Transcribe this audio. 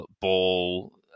Ball